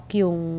yung